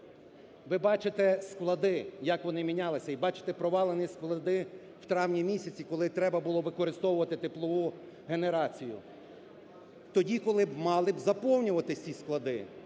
Ви бачите склади, як вони мінялися, і бачите провалені склади в травні місяці, коли треба було використовувати теплову генерацію. Тоді, коли б мали заповнюватись ці склади.